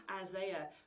Isaiah